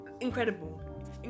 Incredible